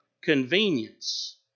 convenience